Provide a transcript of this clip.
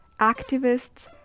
activists